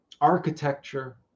architecture